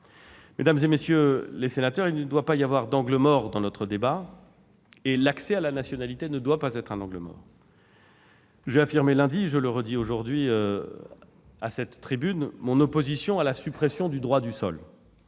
Mesdames, messieurs les sénateurs, il ne doit pas y avoir d'angle mort dans notre débat. L'accès à la nationalité ne doit pas être un angle mort. J'ai déjà affirmé lundi, et je la redis aujourd'hui à cette tribune, mon opposition à la suppression du droit du sol.